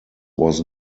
was